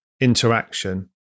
interaction